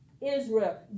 Israel